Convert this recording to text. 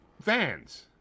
fans